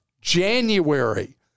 January